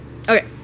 okay